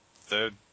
Third